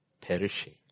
perishing